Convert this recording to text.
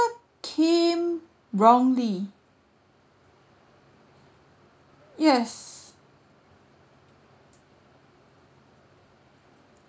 came wrongly yes